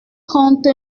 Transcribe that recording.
trente